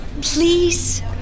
Please